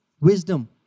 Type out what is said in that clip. wisdom